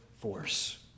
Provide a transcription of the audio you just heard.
force